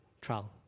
trial